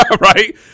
Right